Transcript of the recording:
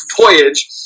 voyage